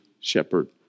shepherd